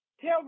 tell